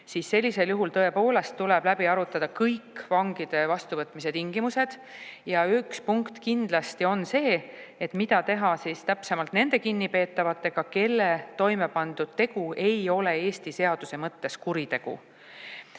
siis sellisel juhul tõepoolest tuleb läbi arutada kõik vangide vastuvõtmise tingimused. Üks punkt kindlasti on see, mida teha siis täpsemalt nende kinnipeetavatega, kelle toime pandud tegu ei ole Eesti seaduse mõttes kuritegu.